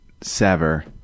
sever